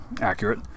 accurate